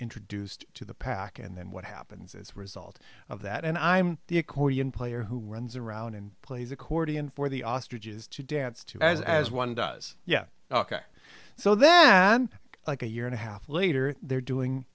introduced to the pack and then what happens as a result of that and i'm the accordion player who runs around and plays accordion for the ostriches to dance to as one does yeah ok so then like a year and a half later they're doing